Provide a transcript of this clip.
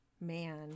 man